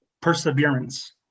perseverance